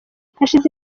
hashize